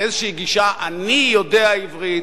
על איזושהי גישה: אני יודע עברית,